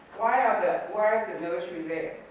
why are the, why is the military there?